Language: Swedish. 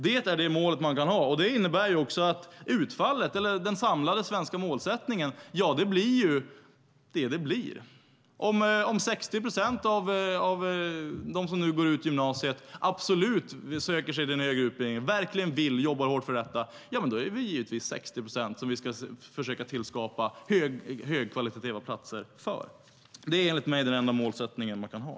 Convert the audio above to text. Det är det mål man kan ha. Det innebär också att den samlade svenska målsättningen blir vad den blir. Om 60 procent av dem som nu går ut gymnasiet absolut söker sig till den högre utbildningen, verkligen vill det och jobbar hårt för detta är det givetvis 60 procent som vi ska försöka tillskapa högkvalitativa platser för. Det är enligt mig den enda målsättning som man kan ha.